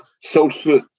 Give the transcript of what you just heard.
social